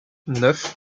neuf